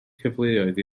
cyfleoedd